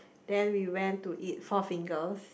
then we went to eat Four-Fingers